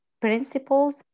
principles